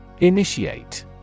Initiate